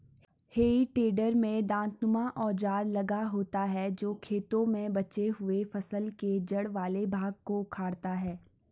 हेइ टेडर में दाँतनुमा औजार लगा होता है जो खेतों में बचे हुए फसल के जड़ वाले भाग को उखाड़ता है